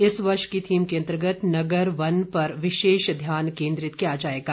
इस वर्ष की थीम के अंतर्गत नगर वन पर विशेष ध्यान केन्द्रित किया जाएगा